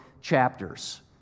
chapters